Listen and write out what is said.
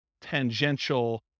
tangential